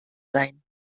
sein